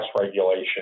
regulation